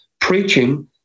preaching